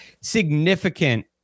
significant